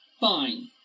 Fine